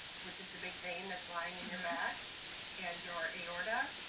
which is the big vein that's lying in your back and your aorta,